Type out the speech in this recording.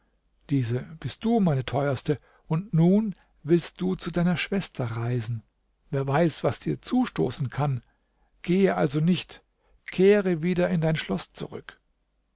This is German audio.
diese bist du meine teuerste und nun willst du zu deiner schwester reisen wer weiß was dir zustoßen kann gehe also nicht kehre wieder in dein schloß zurück